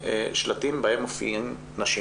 שלטים בהם מופיעים נשים